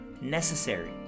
necessary